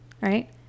right